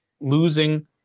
losing